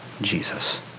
Jesus